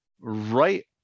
right